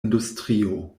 industrio